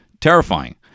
terrifying